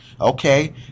okay